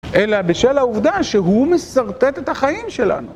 אלא בשל העובדה שהוא משרטט את החיים שלנו.